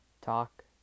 talk